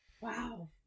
Wow